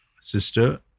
sister